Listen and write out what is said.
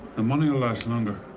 the money will last longer.